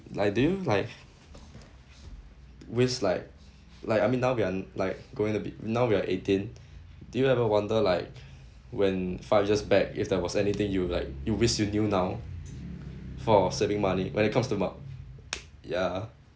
I didn't like waste like like I mean now we are like going to be now we are eighteen did you ever wonder like when five years back if there was anything you like you wish you knew now for saving money when it comes to ma~ ya